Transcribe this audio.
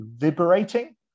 liberating